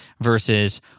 versus